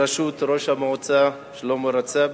בראשות ראש המועצה שלמה רצאבי.